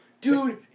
Dude